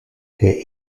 que